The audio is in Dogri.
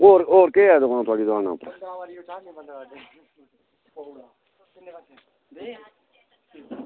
होर होर केह् ऐ थुआढ़ी दुकान उप्पर